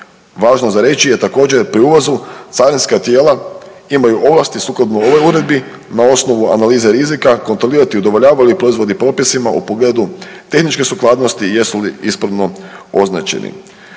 Važno za reći također, pri ulazu carinska tijela imaju ovlasti sukladno ovoj uredbi na osnovu analize rizika kontrolirati, udovoljavaju li proizvodi propisima u pogledu tehničke suglasnosti i jesu li ispravno označeni.